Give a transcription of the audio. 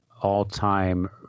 all-time